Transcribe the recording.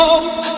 Hope